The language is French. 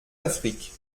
affrique